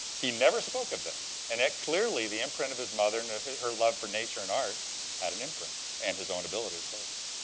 he never spoke of this. and it clearly the imprint of his mother and her her love for nature and art had an imprint and his own ability, of course.